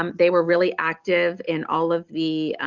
um they were really active in all of the